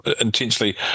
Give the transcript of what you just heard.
intentionally